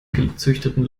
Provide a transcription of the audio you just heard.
gezüchteten